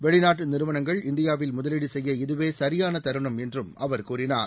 வெளிநாட்டு நிறுவனங்கள் இந்தியாவில் முதலீடு செய்ய இதுவே சரியான தருணம் என்றும் அவர் கூறினார்